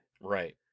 right